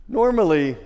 normally